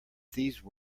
these